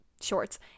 shorts